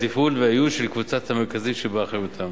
התפעול והאיוש של קבוצת המרכזים שבאחריותן.